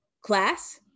class